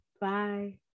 Bye